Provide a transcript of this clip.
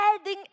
adding